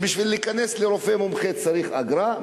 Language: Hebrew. בשביל להיכנס לרופא מומחה צריך אגרה,